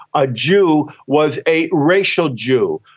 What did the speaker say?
a jew was a racial jew.